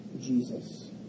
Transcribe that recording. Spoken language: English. Jesus